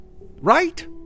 Right